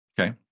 Okay